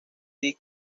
deep